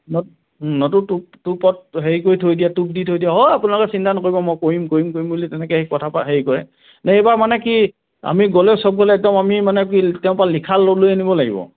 ন নতুন টোপ টোপত হেৰি কৰি থৈ দিয়া টোপ দি থৈ দিয়া অ' আপোনালোকে চিন্তা নকৰিব মই কৰিম কৰিম কৰিম বুলি তেনেকে সেই কথা পৰা হেৰি কৰে নে এইবাৰ মানে কি আমি গ'লে চব গ'লে একদম আমি মানে কি তেওঁৰ পৰা লিখা লৈ আনিব লাগিব